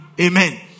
Amen